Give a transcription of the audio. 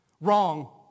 Wrong